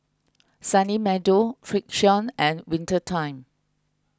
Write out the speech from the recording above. Sunny Meadow Frixion and Winter Time